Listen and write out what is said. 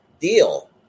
deal